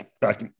back